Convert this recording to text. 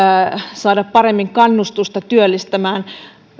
saada paremmin kannustusta työllistämään